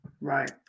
Right